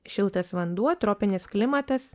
šiltas vanduo tropinis klimatas